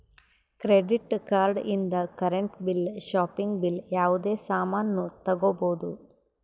credit card ಇಂದ್ current bill shopping bill ಯಾವುದೇ ಸಾಮಾನ್ನೂ ತಗೋಬೋದು